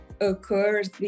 occurs